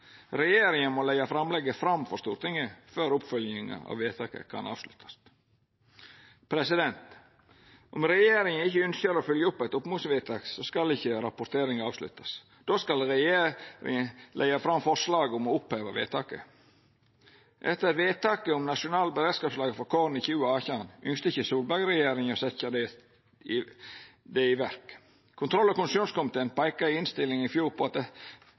Regjeringa må leggja framlegget fram for Stortinget før oppfølginga av vedtaket kan avsluttast. Om regjeringa ikkje ønskjer å følgje opp eit oppmodingsvedtak, skal ikkje rapporteringa avsluttast. Då skal regjeringa leggja fram forslag om å oppheva vedtaket. Etter vedtaket om nasjonalt beredskapslager for korn i 2018 ønskte ikkje Solberg-regjeringa å setja det i verk. Kontroll- og konstitusjonskomiteen peika i ei innstilling i fjor på at